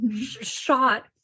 shot